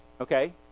okay